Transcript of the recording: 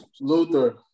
Luther